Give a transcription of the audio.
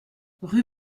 rue